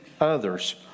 others